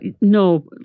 no